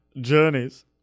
journeys